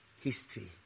history